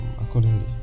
accordingly